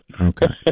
Okay